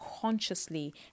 consciously